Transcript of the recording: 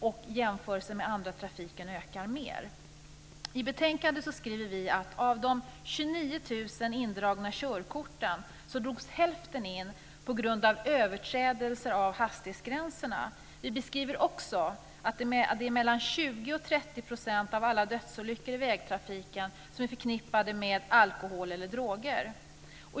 I jämförelse med den andra trafiken ökar den mer. I betänkandet skriver vi att av de 29 000 indragna körkorten drogs hälften in på grund av överträdelser av hastighetsgränserna. Vi beskriver också att mellan 20 och 30 % av alla dödsolyckor i vägtrafiken är förknippade med alkohol eller droger.